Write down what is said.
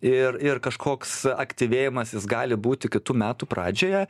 ir ir kažkoks aktyvėjimas jis gali būti kitų metų pradžioje